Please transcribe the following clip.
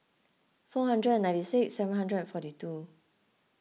four hundred and ninety six seven hundred and forty two